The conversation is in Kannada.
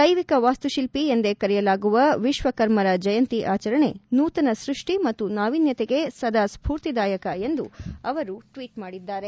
ದೈವಿಕ ವಾಸ್ತುತಿಲ್ಲಿ ಎಂದೇ ಕರೆಯಲಾಗುವ ವಿಶ್ವಕರ್ಮರ ಜಯಂತಿ ಆಚರಣೆ ನೂತನ ಸೃಷ್ಟಿ ಮತ್ತು ನಾವೀನ್ಯತೆಗೆ ಸದಾ ಸ್ಫೂರ್ತಿದಾಯಕ ಎಂದು ಅವರು ಟ್ವೀಟ್ ಮಾಡಿದ್ದಾರೆ